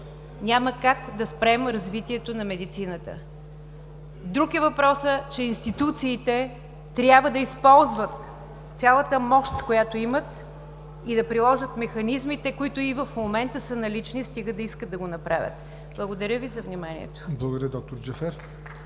Няма как да спрем развитието на медицината. Друг е въпросът, че институциите трябва да използват цялата мощ, която имат и да приложат механизмите, които и в момента са налични, стига да искат да го направят. Благодаря Ви за вниманието. (Единични ръкопляскания